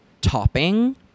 topping